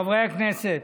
חברי הכנסת,